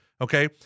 Okay